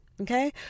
okay